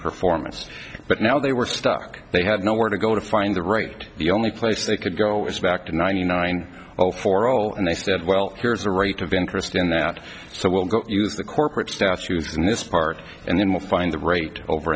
performance but now they were stuck they had nowhere to go to find the right the only place they could go back to ninety nine zero four zero and they said well here's a rate of interest in that so we'll go use the corporate statues in this part and then we'll find the right over